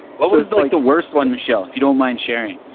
what was the like the worst one michelle, if you don't mind sharing?